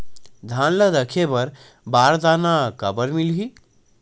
धान ल रखे बर बारदाना काबर मिलही?